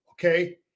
Okay